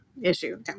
issue